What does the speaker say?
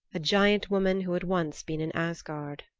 a giant woman who had once been in asgard.